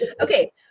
Okay